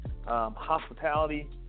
hospitality